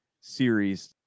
series